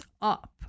up